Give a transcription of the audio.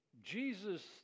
Jesus